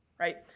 right.